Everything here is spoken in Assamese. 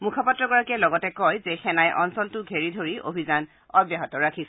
মুখপাত্ৰগৰাকীয়ে লগতে কয় যে সেনাই অঞ্চলটো ঘেৰি ধৰি অভিযান অব্যাহত ৰাখিছে